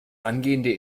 angehende